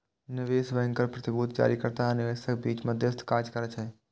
निवेश बैंकर प्रतिभूति जारीकर्ता आ निवेशकक बीच मध्यस्थक काज करै छै